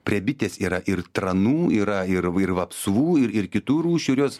prie bitės yra ir tranų yra ir vapsvų ir ir kitų rūšių ir jos